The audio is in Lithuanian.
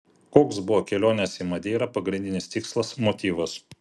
koks buvo kelionės į madeirą pagrindinis tikslas motyvas